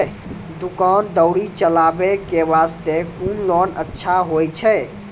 दुकान दौरी चलाबे के बास्ते कुन लोन अच्छा होय छै?